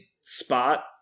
Spot